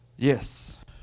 Yes